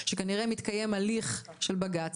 שכנראה מתקיים הליך של בג"ץ.